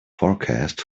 forecast